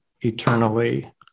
eternally